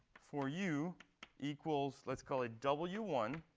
for u equals, let's call it w one,